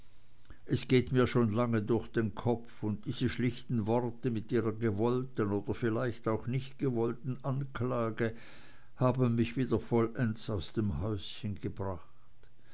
es geht mir schon lange durch den kopf und diese schlichten worte mit ihrer gewollten oder vielleicht auch nicht gewollten anklage haben mich wieder vollends aus dem häuschen gebracht